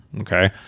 Okay